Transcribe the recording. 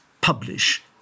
publish